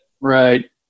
right